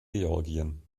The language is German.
georgien